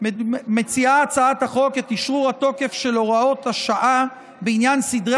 מציעה הצעת החוק את אשרור התוקף של הוראות השעה בעניין סדרי